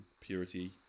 Purity